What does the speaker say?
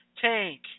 tank